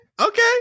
okay